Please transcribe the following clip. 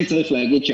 כן צריך להגיד,